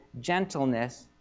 gentleness